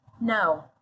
no